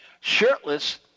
Shirtless